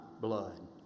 blood